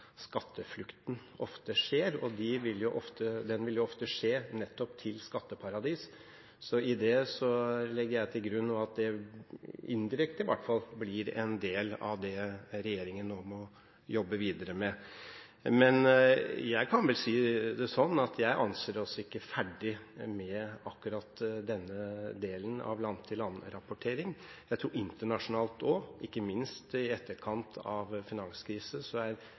skatteflukten ofte skjer, og den vil ofte skje nettopp til skatteparadis. I det legger jeg til grunn at det – i hvert fall indirekte – blir en del av det regjeringen nå må jobbe videre med. Men jeg kan si det slik at jeg ikke anser oss ferdig med akkurat denne delen av land-for-land-rapporteringen. Jeg tror også at internasjonalt – ikke minst i etterkant av